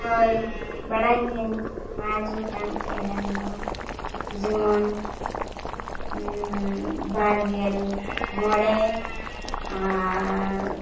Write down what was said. ᱦᱳᱭ ᱵᱟᱲᱟᱭ ᱜᱤᱭᱟᱹᱧ ᱯᱟᱸᱪ ᱜᱚᱴᱟᱝ ᱮᱞᱮᱞ ᱫᱚ ᱡᱮᱢᱚᱱ ᱵᱟᱨᱜᱮᱞ ᱢᱚᱬᱮ ᱟᱨ